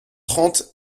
trente